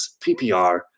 PPR